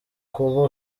kuba